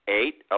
eight